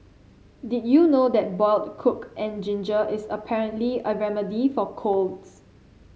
did you know that boiled coke and ginger is apparently a remedy for colds